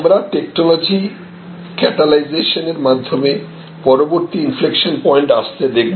আমরা টেকনোলজি ক্যাটালাইসেশনের মাধ্যমে পরবর্তী ইনফ্লেকশন পয়েন্ট আসতে দেখব